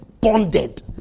bonded